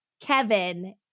Kevin